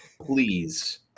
Please